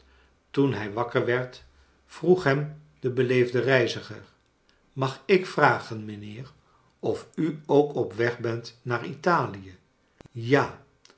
toen hij wakker werd vroeg hem de beleefde reiziger mag ik vragen mijnheer of u ook op weg bent naar italie ja